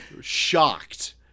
shocked